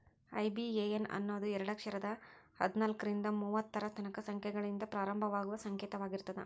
IBAN ಅನ್ನೋದು ಎರಡ ಅಕ್ಷರದ್ ಹದ್ನಾಲ್ಕ್ರಿಂದಾ ಮೂವತ್ತರ ತನಕಾ ಸಂಖ್ಯೆಗಳಿಂದ ಪ್ರಾರಂಭವಾಗುವ ಸಂಕೇತವಾಗಿರ್ತದ